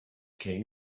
king